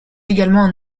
également